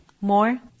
More